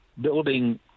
building